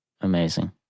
Amazing